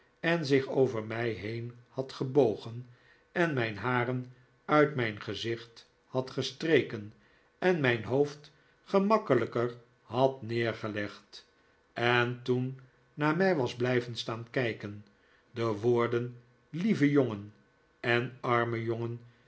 en zich over mij heen had gebogen en mijn haren uit mijn gezicht had gestreken en mijn hoofd gemakkelijker had neergelegd en toen naar mij was blijven staan kijken de woorden lieve jongen en arme jongen